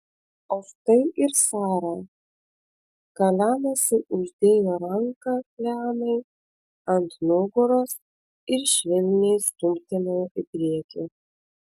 o štai ir sara kalenasi uždėjo ranką lianai ant nugaros ir švelniai stumtelėjo į priekį